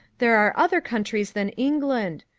there are other countries than england.